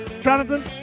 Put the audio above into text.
Jonathan